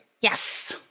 Yes